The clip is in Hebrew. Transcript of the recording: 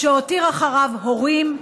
שהותיר אחריו הורים,